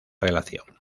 relación